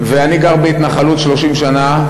ואני גר בהתנחלות 30 שנה,